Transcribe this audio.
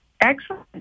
Excellent